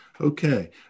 Okay